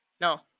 No